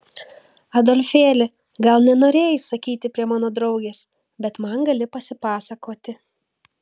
adolfėli gal nenorėjai sakyti prie mano draugės bet man gali pasipasakoti